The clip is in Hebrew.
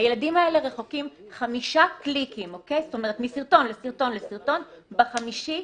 הילדים האלה רחוקים חמישה קליקים מסרטון לסרטון לסרטון בחמישי,